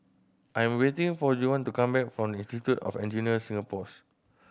I am waiting for Juwan to come back from Institute of Engineers Singapore's